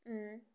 अँ